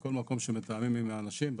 בכל מקום שמתאמים עם האנשים,